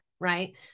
Right